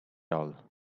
all